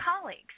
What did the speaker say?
colleagues